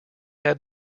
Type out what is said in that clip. had